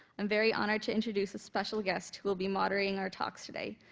i'm very honored to introduce a special guest who will be moderating our talks today,